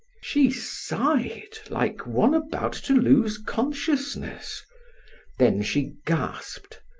she sighed like one about to lose consciousness then she gasped,